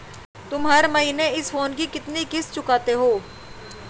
तुम हर महीने इस फोन की कितनी किश्त चुकाते हो?